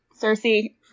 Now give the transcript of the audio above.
Cersei